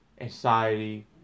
anxiety